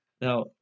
Now